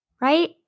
Right